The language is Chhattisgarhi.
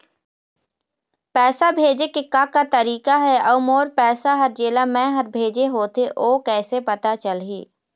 पैसा भेजे के का का तरीका हे अऊ मोर पैसा हर जेला मैं हर भेजे होथे ओ कैसे पता चलही?